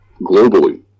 globally